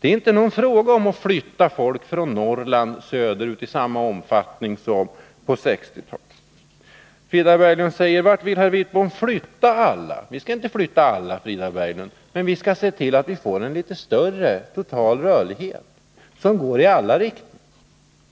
det är inte fråga om att flytta folk söderut från Norrland i samma omfattning som på 1960-talet. Frida Berglund frågade: Vart vill herr Wittbom flytta alla? Vi skall inte flytta alla, Frida Berglund. Men vi skall se till att vi får en större total rörlighet som går i alla riktningar.